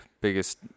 biggest